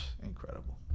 Incredible